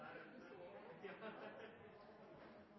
er et